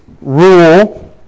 rule